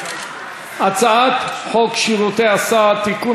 הצעת חוק שירותי הסעד (תיקון,